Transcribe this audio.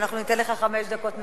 ואנחנו ניתן לך חמש דקות מלאות.